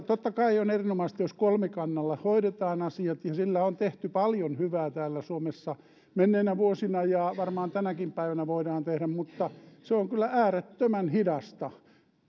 totta kai on erinomaista jos kolmikannalla hoidetaan asiat ja sillä on tehty paljon hyvää täällä suomessa menneinä vuosina ja varmaan tänäkin päivänä voidaan tehdä mutta se on kyllä äärettömän hidasta